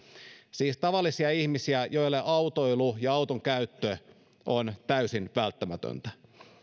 siis tavallisia ihmisiä joille autoilu ja auton käyttö on täysin välttämätöntä